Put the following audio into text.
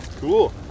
Cool